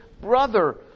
brother